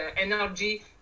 energy